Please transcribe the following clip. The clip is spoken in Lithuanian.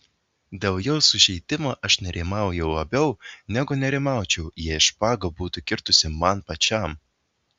dėl jo sužeidimo aš nerimauju labiau negu nerimaučiau jei špaga būtų kirtusi man pačiam